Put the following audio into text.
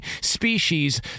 species